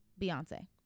Beyonce